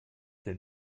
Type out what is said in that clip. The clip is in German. denn